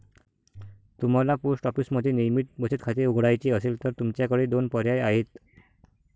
तुम्हाला पोस्ट ऑफिसमध्ये नियमित बचत खाते उघडायचे असेल तर तुमच्याकडे दोन पर्याय आहेत